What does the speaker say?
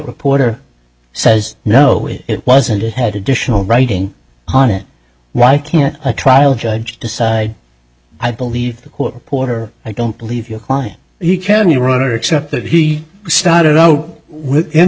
reporter says no it wasn't it had additional writing on it why can't a trial judge decide i believe the court reporter i don't believe your client he can you run or accept that he started out with